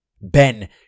Ben